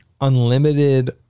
unlimited